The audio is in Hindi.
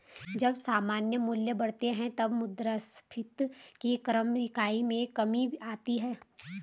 जब सामान्य मूल्य बढ़ते हैं, तब मुद्रास्फीति की क्रय इकाई में कमी आती है